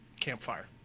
campfire